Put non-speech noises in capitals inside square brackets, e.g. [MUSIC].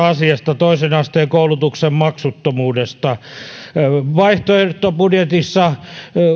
[UNINTELLIGIBLE] asiasta toisen asteen koulutuksen maksuttomuudesta vaihtoehtobudjetissa